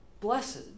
Blessed